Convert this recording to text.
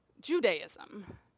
Judaism